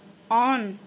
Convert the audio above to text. on